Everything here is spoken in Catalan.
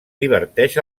diverteix